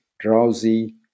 drowsy